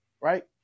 right